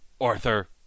Arthur